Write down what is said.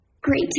Great